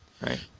Right